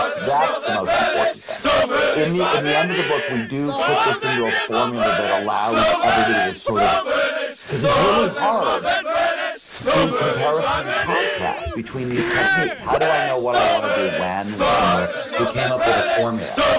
that's the most important thing in the in the end of the book, we do put this into a formula that allows everybody to, sort of it's really hard to do comparison contrast between these techniques. how do i know what i want to do when and where so we came up with a formula.